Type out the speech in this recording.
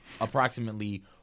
approximately